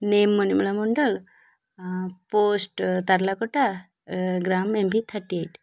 name Manimala Mandal post Tarlakata ଗ୍ରାମ M V thirty-eight